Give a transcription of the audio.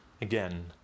Again